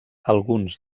alguns